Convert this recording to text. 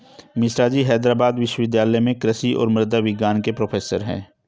मिश्राजी हैदराबाद विश्वविद्यालय में कृषि और मृदा विज्ञान के प्रोफेसर हैं